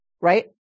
right